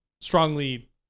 strongly